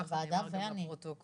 בהחלט, וכך זה נאמר גם בפרוטוקול.